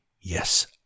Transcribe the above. Yes